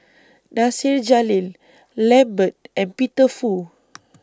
Nasir Jalil Lambert and Peter Fu